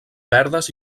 verdes